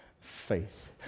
faith